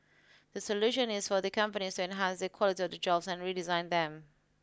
the solution is for the companies to enhance the quality of the jobs and redesign them